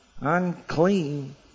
unclean